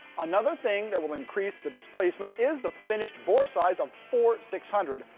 another thing that will increase the displacement is the finished bore size of four six hundred,